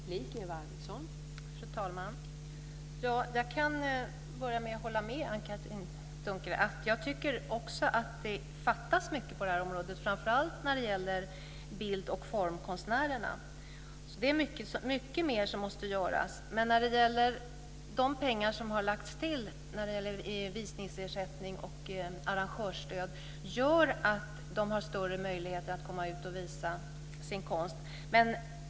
Fru talman! Jag kan börja med att hålla med Anne-Katrine Dunker. Jag tycker också att det fattas mycket på detta område, framför allt när det gäller bild och formkonstnärerna. Det är mycket mer som måste göras. Men de pengar som har lagts till vad beträffar visningsersättning och arrangörsstöd gör att de har större möjligheter att komma ut och visa sin konst.